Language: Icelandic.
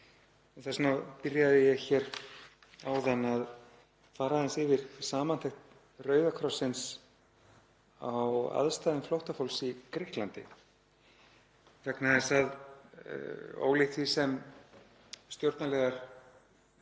Þess vegna byrjaði ég hér áðan að fara aðeins yfir samantekt Rauða krossins á aðstæðum flóttafólks í Grikklandi vegna þess að ólíkt því sem stjórnarliðar